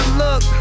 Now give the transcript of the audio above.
look